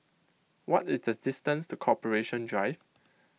what is the distance to Corporation Drive